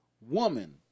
Woman